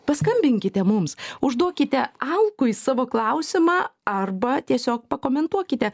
paskambinkite mums užduokite alkui savo klausimą arba tiesiog pakomentuokite